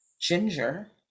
ginger